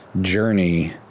journey